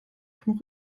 vom